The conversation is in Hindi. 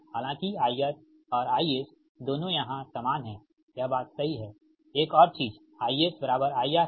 हालांकि IR और IS दोनों यहां समान हैं यह बात सही है एक और चीज IS IR है